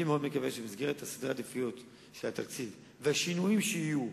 ואני מקווה מאוד שבמסגרת סדרי העדיפויות של התקציב והשינויים שיהיו,